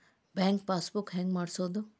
Bank passbook ಹೆಂಗ್ ಮಾಡ್ಸೋದು?